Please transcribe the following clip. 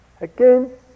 again